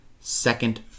second